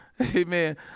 Amen